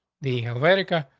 the america,